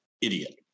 idiot